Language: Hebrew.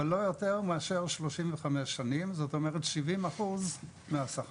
אבל לא יותר מאשר 35 שני0, זאת אומרת כ-70% משהכר.